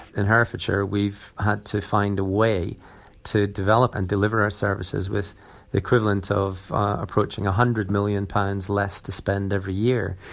and herefordshire we've had to find a way to develop and deliver our services with the equivalent of approaching a one hundred million pounds less to spend every year.